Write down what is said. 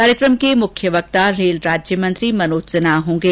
कार्यक्रम के मुख्य वक्ता रेल राज्य मंत्री मनोज सिन्हा होंगे